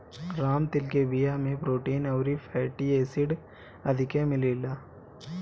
राम तिल के बिया में प्रोटीन अउरी फैटी एसिड अधिका मिलेला